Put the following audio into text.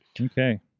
Okay